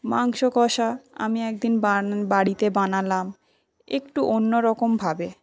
মাংস কষা আমি একদিন বাড়িতে বানালাম একটু অন্যরকমভাবে